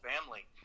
family